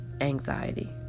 anxiety